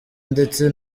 ndetse